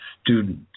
student